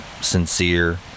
sincere